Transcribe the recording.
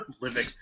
living